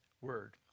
word